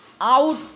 out